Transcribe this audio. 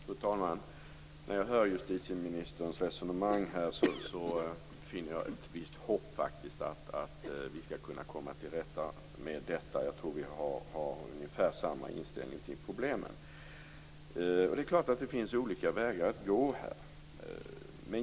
Fru talman! När jag hör justitieministerns resonemang finner jag ett visst hopp om att vi skall kunna komma till rätta med detta. Jag tror att vi har ungefär samma inställning till problemen. Det är klart att det finns olika vägar att gå.